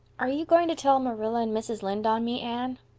are you going to tell marilla and mrs. lynde on me, anne?